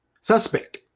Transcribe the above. Suspect